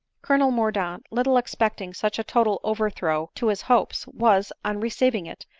colonel mordaunt, little expecting such a total over throw to his hopes, was, on receiving it,